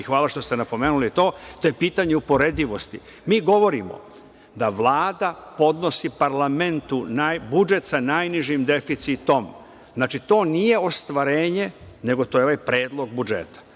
hvala što ste napomenuli to, a to je pitanje uporedivosti. Mi govorimo da Vlada podnosi parlamentu budžet sa najnižim deficitom. Znači, to nije ostvarenje, nego to je predlog budžeta.